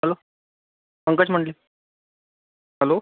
hello Pankaj Mandle hello